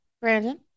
Brandon